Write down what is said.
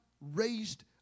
raised